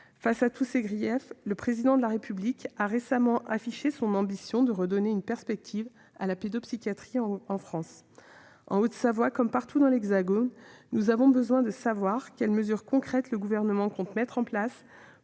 Face à tous ces griefs, le Président de la République a récemment affiché son ambition de redonner une perspective à la pédopsychiatrie en France. En Haute-Savoie, comme partout dans l'Hexagone, nous avons besoin de savoir quelles mesures concrètes le Gouvernement compte mettre en place